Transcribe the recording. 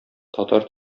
татар